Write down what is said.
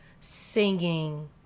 singing